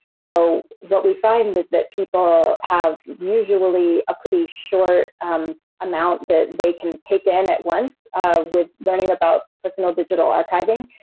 so what we find is that people have usually a pretty short um amount that they can take in at once with learning about personal digital archiving,